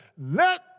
Let